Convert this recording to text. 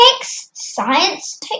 science